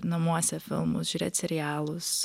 namuose filmus žiūrėt serialus